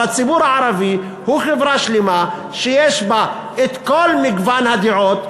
אבל הציבור הערבי הוא חברה שלמה שיש בה את כל מגוון הדעות,